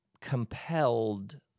compelled